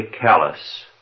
callous